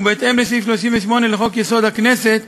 ובהתאם לסעיף 38 לחוק-יסוד: הכנסת,